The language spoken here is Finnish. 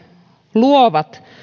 luovat